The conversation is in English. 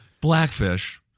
Blackfish